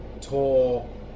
tall